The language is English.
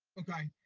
okay.